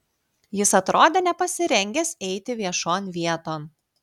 jis atrodė nepasirengęs eiti viešon vieton